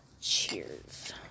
Cheers